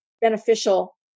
beneficial